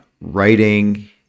writing